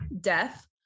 death